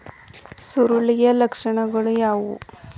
ಸುರುಳಿಯ ಲಕ್ಷಣಗಳು ಯಾವುವು?